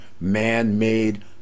man-made